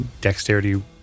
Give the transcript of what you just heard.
dexterity